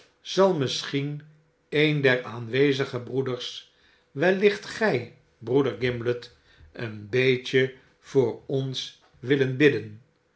zal misschien een der aanwezige broeders wellicht gij broeder gimblet een beet je voor ons willen bidden